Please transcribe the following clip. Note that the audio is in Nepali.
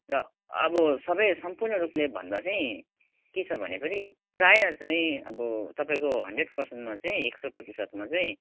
र अब सबै सम्पूर्ण रूपले भन्दा चाहिँ के छ भने फेरि प्रायः चाहिँ अब तपाईँको हन्ड्रेड पर्सेन्टमा चाहिँ चाहिँ एक सय प्रतिशतमा चाहिँ